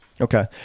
Okay